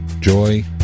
joy